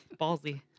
ballsy